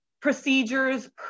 procedures